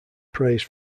praise